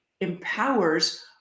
empowers